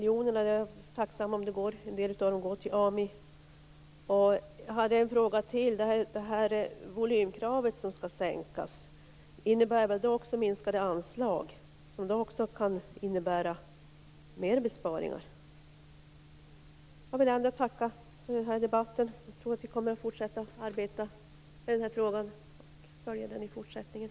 Jag är tacksam om en del av de 100 miljonerna går till AMI. Det volymkrav som skall sänkas innebär väl också minskade anslag, vilket också kan innebära fler besparingar? Jag vill tacka för den här debatten. Jag tror att vi kommer att fortsätta att arbeta med den här frågan och följa den i fortsättningen.